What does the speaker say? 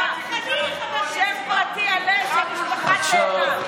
שם פרטי: עלה, שם משפחה: תאנה.